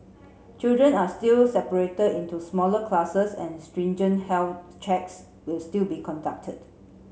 children are still separated into smaller classes and stringent health checks will still be conducted